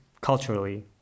culturally